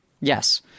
Yes